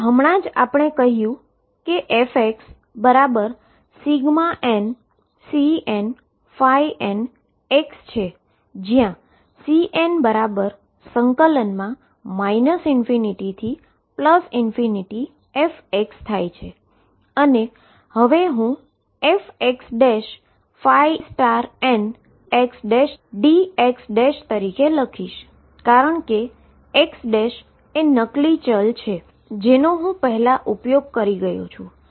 તેથી આપણે હમણાં જ કહ્યું છે કે fxnCnn છે જ્યાં Cn ∞f થાય છે અને હવે હુ fxnxdx લખીશ કારણ કે xએ નક્લી વેરીએબલ x છે જેનો હુ પહેલા ઉપયોગ કરી ગયો છું